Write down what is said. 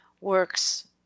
works